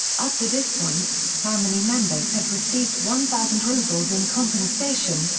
up to this point, family members had received one thousand rubles in compensation,